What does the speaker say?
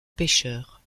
pêcheurs